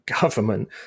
government